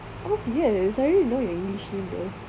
aku serious I already know your english name though